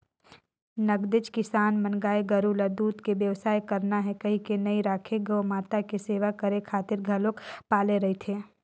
नगदेच किसान मन गाय गोरु ल दूद के बेवसाय करना हे कहिके नइ राखे गउ माता के सेवा करे खातिर घलोक पाले रहिथे